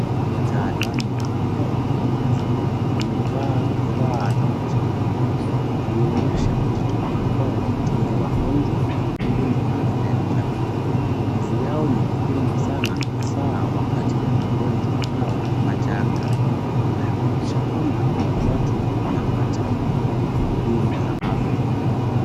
Wataalamu wa afya wakiwa kazini wamevaa vifaa za kujikinga. Wanaonyesha kujitolea kwao kutunza wagonjwa na kulinda afya ya jamii. Kazi yao ni muhimu sana hasa wakati wa magonjwa au majanga. Wanahakikisha kwamba watu wanapata huduma za afya.